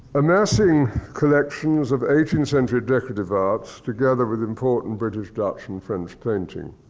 amassing collections of eighteenth century decorative arts, together with important british, dutch, and french painting.